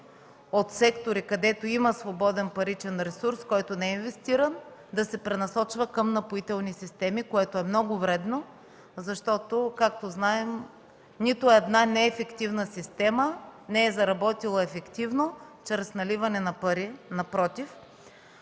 от сектори, където има свободен паричен ресурс, който не е инвестиран, да се пренасочва към „Напоителни системи”, което е много вредно. Както знаем, нито една неефективна система не е заработила ефективно чрез наливане на пари, напротив.